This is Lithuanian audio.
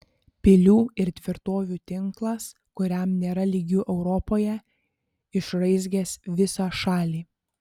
pilių ir tvirtovių tinklas kuriam nėra lygių europoje išraizgęs visą šalį